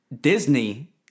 Disney